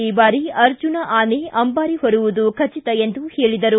ಈ ಬಾರಿ ಅರ್ಜುನ ಆನೆ ಅಂಬಾರಿ ಹೊರುವುದು ಖಚಿತ ಎಂದು ಹೇಳಿದರು